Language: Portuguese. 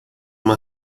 uma